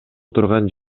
турган